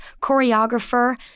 choreographer